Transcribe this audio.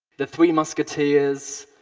the three musketeers,